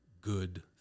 good